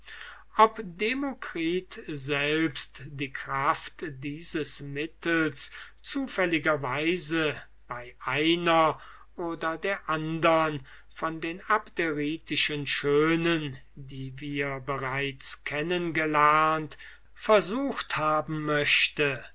ob demokritus selbst die kraft dieses mittels zufälliger weise bei einer oder der andern von den abderitischen schönen die wir bereits kennen gelernt versucht haben möchte